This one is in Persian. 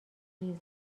ریز